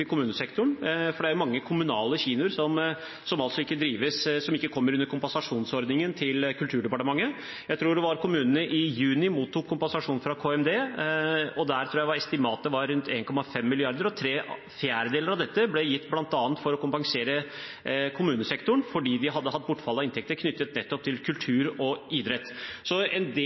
kommunesektoren, for det er mange kommunale kinoer som ikke kommer inn under kompensasjonsordningen til Kulturdepartementet. I juni mottok kommunene kompensasjon fra Kommunal- og moderniseringsdepartementet. Der tror jeg estimatet var rundt 1,5 mrd. kr, og tre fjerdedeler av dette ble gitt bl.a. for å kompensere kommunesektoren fordi de hadde hatt bortfall av inntekter knyttet til kultur og idrett. Så en del